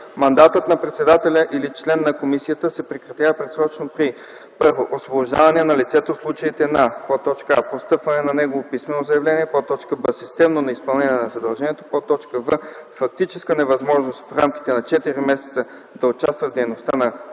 Мандатът на председателя или член на комисията се прекратява предсрочно при: 1. освобождаване на лицето в случаите на: а) постъпване на негово писмено заявление; б) системно неизпълнение на задълженията; в) фактическа невъзможност в рамките на четири месеца да участва в дейността на комисията;